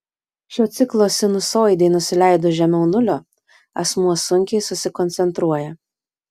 šio ciklo sinusoidei nusileidus žemiau nulio asmuo sunkiai susikoncentruoja